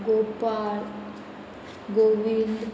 Gopal Govind